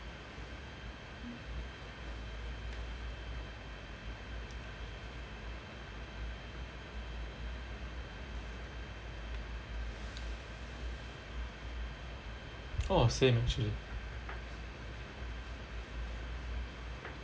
oh same actually